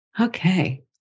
Okay